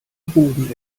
boden